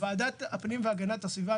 ועדת הפנים והגנת הסביבה,